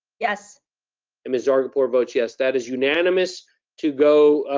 yes. and miss zargarpur votes yes. that is unanimous to go,